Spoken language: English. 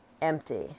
empty